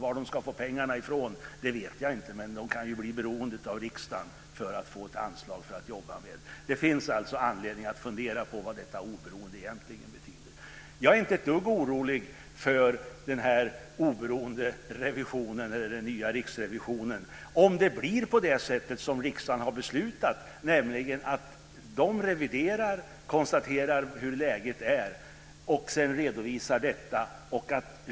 Var den ska få pengarna ifrån vet jag inte, men den kan ju bli beroende av riksdagen om den får ett anslag att jobba med. Det finns anledning att fundera på vad detta oberoende egentligen betyder. Jag är inte ett dugg orolig för den oberoende revisionen eller den nya riksrevisionen om det blir på det sätt som riksdagen har beslutat. Den reviderar och konstaterar hur läget är och redovisar sedan detta.